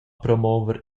promover